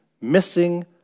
missing